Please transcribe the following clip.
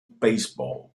baseball